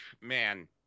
Man